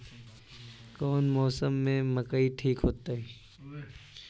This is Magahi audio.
कौन मौसम में मकई ठिक होतइ?